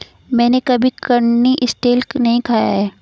मैंने कभी कनिस्टेल नहीं खाया है